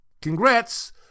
Congrats